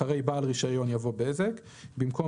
אחרי "בעל רישיון" יבוא "בזק" במקום